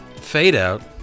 fade-out